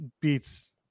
beats